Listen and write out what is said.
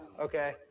okay